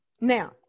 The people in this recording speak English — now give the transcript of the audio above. Now